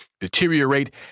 deteriorate